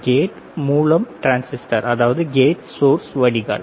gate மூலம் வடிகால்